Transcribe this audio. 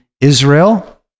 israel